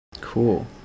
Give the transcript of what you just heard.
Cool